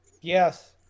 Yes